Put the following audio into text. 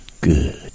Good